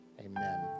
amen